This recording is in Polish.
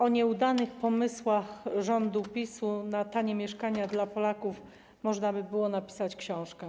O nieudanych pomysłach rządu PiS-u na tanie mieszkania dla Polaków można by było napisać książkę.